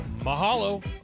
Mahalo